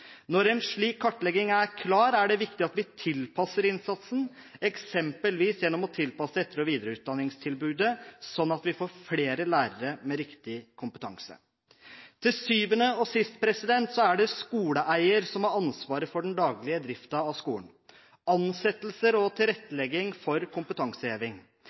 Når en slik kartlegging er klar, er det viktig at vi tilpasser innsatsen, eksempelvis gjennom å tilpasse etter- og videreutdanningstilbudet, slik at vi får flere lærere med riktig kompetanse. Til syvende og sist er det skoleeier som har ansvaret for den daglige driften av skolen, for ansettelser og for å legge til rette for kompetanseheving.